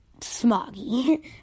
Smoggy